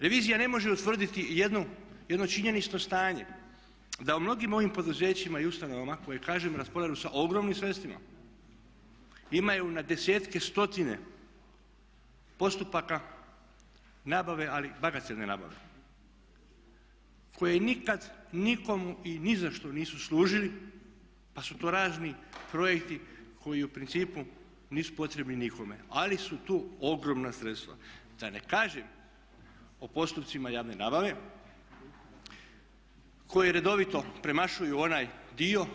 Revizija ne može utvrditi jedno činjenično stanje, da u mnogim ovim poduzećima i ustanovama koje kažemo raspolažu ogromnim sredstvima imaju na desetke, stotine postupaka nabave, ali bagatelne nabave koje nikad nikomu i ni za što nisu služili pa su to razni projekti koji u principu nisu potrebni nikome, ali su tu ogromna sredstva, da ne kažem o postupcima javne nabave koje redovito premašuju onaj dio.